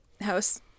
house